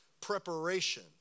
preparation